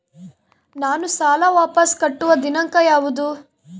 ನಾನು ಸಾಲ ವಾಪಸ್ ಕಟ್ಟುವ ದಿನಾಂಕ ಯಾವುದು?